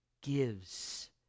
gives